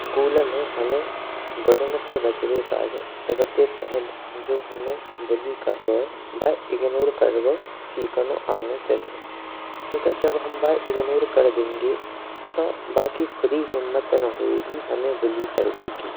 स्कूल में हामे बुल्लिंग ते बचवे काज सबते पहले हामें जो बुल्ली कर रो है बाई इग्नोर करवो आननो चाहियें। चुनके जब हम बाये इग्नोर कर देंगे तो बाकी खुद ही हिम्मत ना होयगी हमें बुल्ली करवेकि।